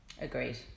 Agreed